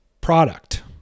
product